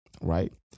right